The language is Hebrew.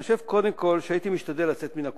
אני חושב, קודם כול, שהייתי משתדל לצאת מן הקופסה.